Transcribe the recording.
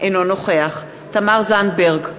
אינו נוכח תמר זנדברג,